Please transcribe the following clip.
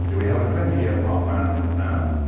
so we have a twenty year park management plan,